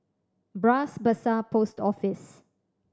Bras Basah Post Office